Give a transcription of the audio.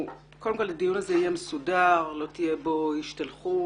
הדיון הזה יהיה מסודר ולא תהיה בו השתלחות.